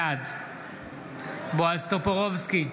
בעד בועז טופורובסקי,